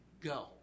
Go